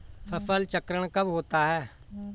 फसल चक्रण कब होता है?